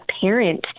parent